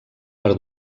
per